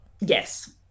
Yes